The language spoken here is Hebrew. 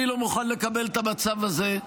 אני לא מוכן לקבל את המצב הזה,